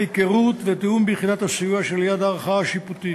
היכרות ותיאום ביחידת הסיוע שליד הערכאה השיפוטית.